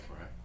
Right